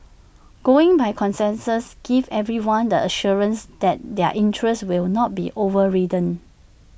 going by consensus gives everyone the assurance that their interests will not be overridden